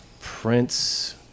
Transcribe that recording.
Prince